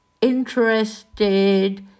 interested